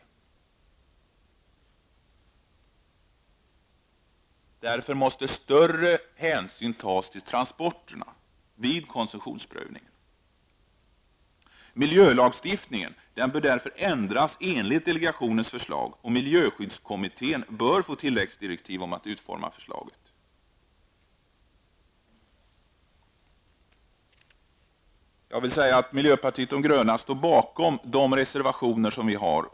Därför måste större hänsyn tas till transporterna vid koncessionsprövningen. Miljölagstiftningen bör ändras enligt delegationens förslag, och miljöskyddskommittén bör får tilläggsdirektiv om att utforma förslaget. Miljöpartiet de gröna står bakom sina reservationer.